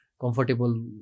comfortable